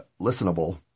listenable